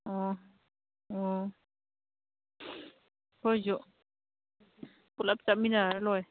ꯑꯣ ꯑꯣ ꯑꯩꯈꯣꯏꯁꯨ ꯄꯨꯂꯞ ꯆꯠꯃꯤꯟꯅꯔ ꯂꯣꯏꯔꯦ